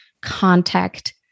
contact